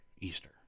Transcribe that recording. Easter